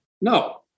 No